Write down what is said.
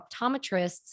optometrists